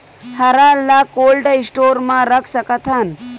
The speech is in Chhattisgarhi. हरा ल कोल्ड स्टोर म रख सकथन?